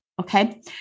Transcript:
Okay